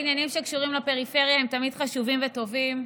העניינים שקשורים לפריפריה הם תמיד חשובים וטובים,